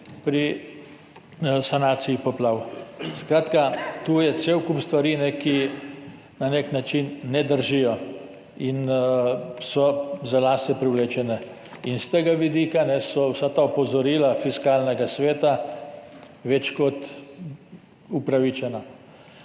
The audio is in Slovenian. pri sanaciji poplav. Skratka, tu je cel kup stvari, ki na nek način ne držijo in so za lase privlečene, in s tega vidika so vsa ta opozorila Fiskalnega sveta več kot upravičena.